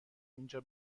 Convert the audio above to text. اینجا